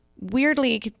weirdly